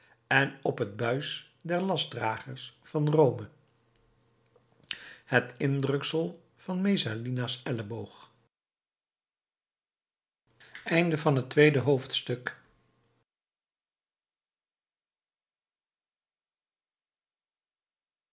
en op het buis der lastdragers van rome het indruksel van messalina's elleboog derde hoofdstuk